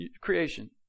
creation